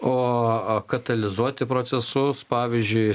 o katalizuoti procesus pavyzdžiui